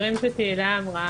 של תהילה.